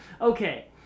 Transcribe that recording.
okay